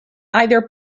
either